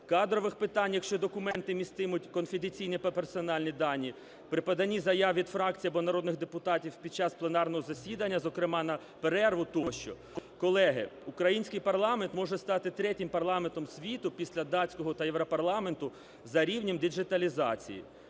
кадрових питань, якщо документи міститимуть конфіденційні та персональні дані; при поданні заяв від фракцій або народних депутатів під час пленарного засідання, зокрема на перерву тощо. Колеги, український парламент може стати третім парламентом світу, після датського та Європарламенту, за рівнем діджиталізації.